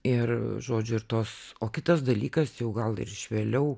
ir žodžiu ir tos o kitas dalykas jau gal ir iš vėliau